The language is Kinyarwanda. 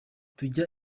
tujye